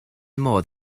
modd